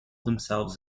themselves